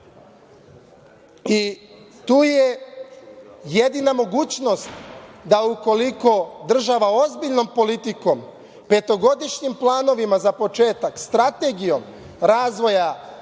je jedina mogućnost da ukoliko država ozbiljnom politikom, petogodišnjim planovima za početak, strategijom razvoja